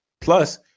Plus